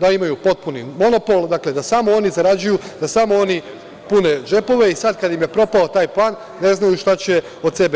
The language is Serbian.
da imaju potpuni monopol, da samo oni zarađuju, da samo oni pune džepove i sada kada im je propao taj plan, ne znaju šta će od sebe.